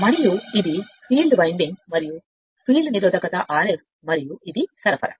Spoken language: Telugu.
మరియు ఇది ఫీల్డ్ రన్నింగ్ మరియు ఫీల్డ్ నిరోధకత Rf మరియు ఇది సరఫరా